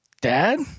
Dad